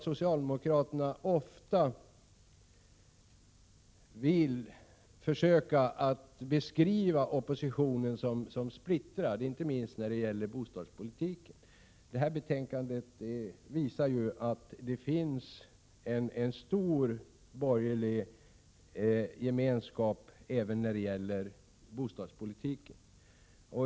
Socialdemokraterna vill ofta försöka beskriva oppositionen som splittrad, inte minst när det gäller bostadspolitiken. Detta betänkande visar att det finns en stor borgerlig gemenskap även när det gäller bostadspolitiken.